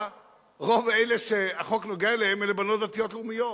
רוב אלה שהחוק נוגע להם, אלה בנות דתיות-לאומיות.